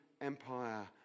Empire